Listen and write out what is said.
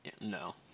no